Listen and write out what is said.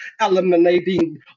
eliminating